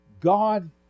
God